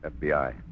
FBI